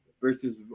versus